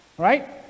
Right